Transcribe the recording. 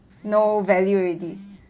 no value already